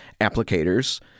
applicators